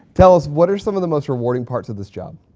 tell us what are some of the most rewarding parts of this job.